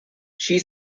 she